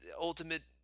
Ultimate